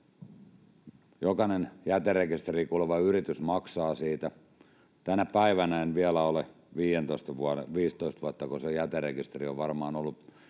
Jokainen jäterekisteriin kuuluva yritys maksaa siitä. Tänä päivänä kukaan ei vielä ole — kun varmaan 15 vuotta se jäterekisteri on ollut